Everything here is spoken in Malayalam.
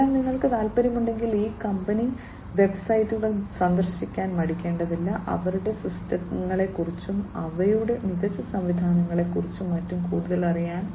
അതിനാൽ നിങ്ങൾക്ക് താൽപ്പര്യമുണ്ടെങ്കിൽ ഈ കമ്പനി വെബ്സൈറ്റുകൾ സന്ദർശിക്കാൻ മടിക്കേണ്ടതില്ല അവരുടെ സിസ്റ്റങ്ങളെ കുറിച്ചും അവയുടെ മികച്ച സംവിധാനങ്ങളെ കുറിച്ചും മറ്റും കൂടുതലറിയാൻ